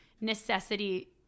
necessity